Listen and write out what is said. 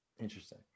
Interesting